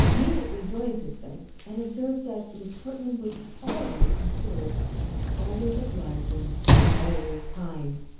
immediately joined his thanks, and observed that miss portman was always considerate always obliging always kind.